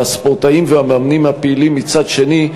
והספורטאים והמאמנים הפעילים מצד שני,